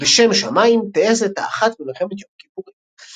"בשם שמים טייסת "האחת" במלחמת יום הכיפורים".